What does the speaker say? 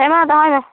ᱦᱮᱢᱟ ᱫᱚᱦᱚᱭᱢᱮ